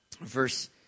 verse